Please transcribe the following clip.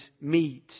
meet